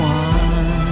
one